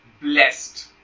blessed